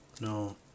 no